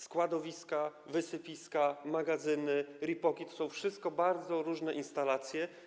Składowiska, wysypiska, magazyny, RIPOK-i to są wszystko bardzo różne instalacje.